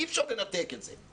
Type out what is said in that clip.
אי אפשר לנתק את זה.